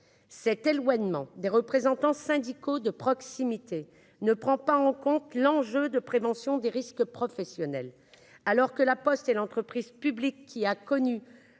Cet éloignement des représentants syndicaux de proximité néglige l'enjeu de prévention des risques professionnels, alors que La Poste est l'entreprise publique qui a connu